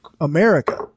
America